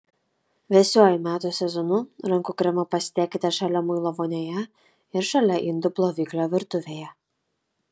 vėsiuoju metų sezonu rankų kremą pasidėkite šalia muilo vonioje ir šalia indų ploviklio virtuvėje